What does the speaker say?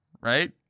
right